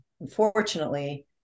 unfortunately